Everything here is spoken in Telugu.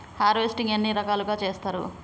హార్వెస్టింగ్ ఎన్ని రకాలుగా చేస్తరు?